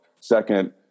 Second